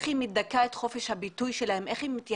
איך היא מדכאת את חופש הביטוי שלהם,